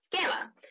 Gamma